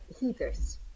heaters